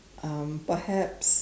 um perhaps